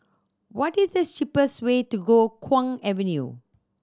what is the cheapest way to go Kwong Avenue